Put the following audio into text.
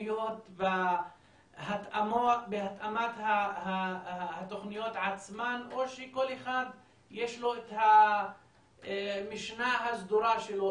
התוכניות בהתאמת התוכניות עצמן או שכל אחד יש לו את המשנה הסדורה שלו,